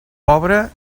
pobre